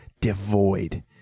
devoid